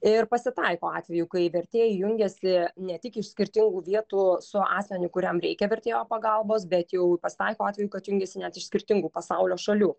ir pasitaiko atvejų kai vertėjai jungiasi ne tik iš skirtingų vietų su asmeniu kuriam reikia vertėjo pagalbos bet jau pasitaiko atvejų kad jungiasi net iš skirtingų pasaulio šalių